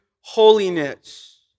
holiness